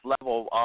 level